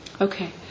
Okay